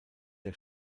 der